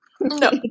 No